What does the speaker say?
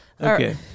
Okay